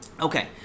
Okay